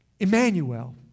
Emmanuel